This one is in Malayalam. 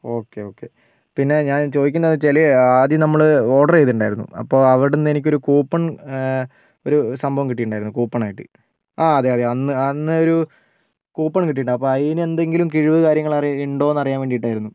ഓക്കെ ഓക്കെ പിന്നെ ഞാൻ ചോദിക്കുന്നത് എന്താണ് വെച്ചാൽ ആദ്യം നമ്മൾ ഓർഡർ ചെയ്തിട്ടുണ്ടായിരുന്നു അപ്പോൾ അവിടെ നിന്ന് എനിക്കൊരു കൂപ്പൺ ഒരു സംഭവം കിട്ടിയിട്ടുണ്ടായിരുന്നു കൂപ്പൺ ആയിട്ട് ആ അതെ അതെ അന്ന് അന്നൊരു കൂപ്പൺ കിട്ടിയിട്ടുണ്ട് അപ്പോൾ അതിനെന്തെങ്കിലും കിഴിവ് കാര്യങ്ങൾ അറിയാൻ ഉണ്ടോ എന്നറിയാൻ വേണ്ടിയിട്ടായിരുന്നു